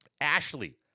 Ashley